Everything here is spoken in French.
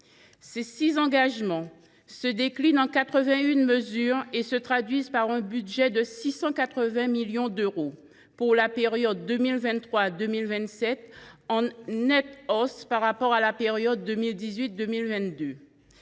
Ces six engagements se déclinent en 81 mesures et se traduisent par un budget de 680 millions d’euros pour la période 2023 2027, en nette hausse par rapport à la période 2018 2022.